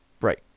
right